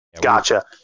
Gotcha